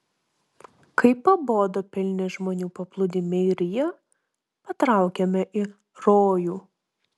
kai pabodo pilni žmonių paplūdimiai rio patraukėme į rojų